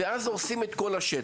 והורסים את כל השטח.